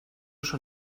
schon